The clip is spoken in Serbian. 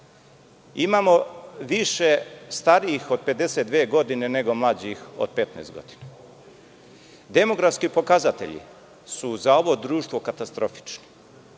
Imamo više starijih od 52 godine nego mlađih od 15 godina. Demografski pokazatelji su za ovo društvo katastrofični.